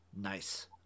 Nice